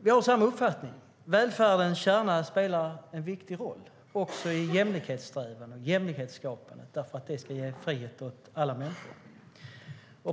Vi har samma uppfattning. Välfärdens kärna spelar en viktig roll också i jämlikhetssträvanden och jämlikhetsskapande eftersom det ska ge frihet åt alla människor.